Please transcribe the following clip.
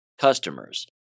customers